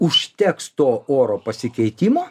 užteks to oro pasikeitimo